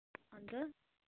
अन्त